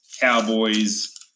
Cowboys